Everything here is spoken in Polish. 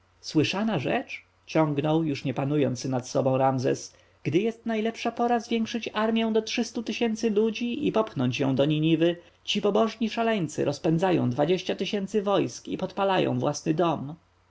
słyszana rzecz ciągnął już nie panujący nad sobą ramzes gdy jest najlepsza pora zwiększyć armję do trzystu tysięcy ludzi i popchnąć ją do niniwy ci pobożni szaleńcy rozpędzają dwadzieścia tysięcy wojsk i podpalają własny dom